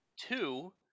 Two